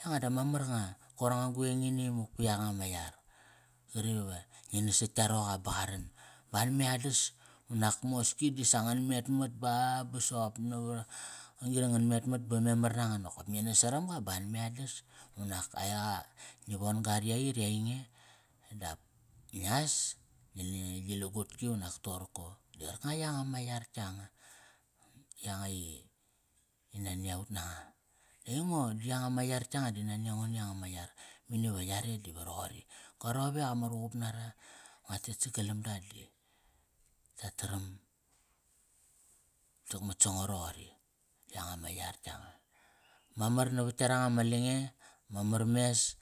Yanga dama mar nga. Koir anga gueng ini imuk pa yanga ma yar. Qari ve ngi nas sat tka roqa ba qa ran. Ba anme adas, unak moski disa ngan metmat ba ba soqop navar, ron gri ngan metmat ba memar nangan nokop ngi nas saramga ba anme adas Unak aiqa, ngi von ga ri yait i ainge. Dap ngias ngi na gi lugutki unak toqorko. Di qarkanga yanga ma yar yanga. Yanga i, i nani a ut nanga. Aingo di yanga ma yar yanga di nania ngo ni yanga ma yar. Mani va yare diva roqori Go rowek ama ruqup nara, ngua tet sagalamda di ta taram, takmat sango roqori. Yanga ma yar yanga Mamar navat yaranga ma lange, mamar mes.